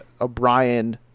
O'Brien